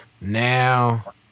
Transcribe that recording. now